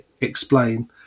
explain